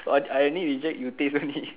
but I only reject you taste only